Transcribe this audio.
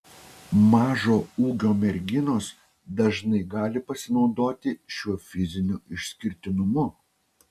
mažo ūgio merginos dažnai gali pasinaudoti šiuo fiziniu išskirtinumu